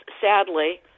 sadly